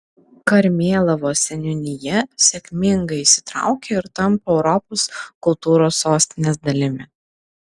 karmėlavos seniūnija sėkmingai įsitraukia ir tampa europos kultūros sostinės dalimi